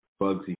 Bugsy